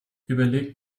überlegt